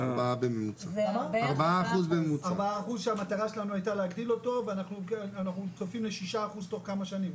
4%. 4% כשהמטרה שלנו הייתה להגדיל אותו ואנחנו צופים ל-6% תוך כמה שנים,